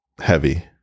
heavy